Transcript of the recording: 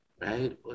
right